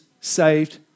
saved